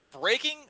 breaking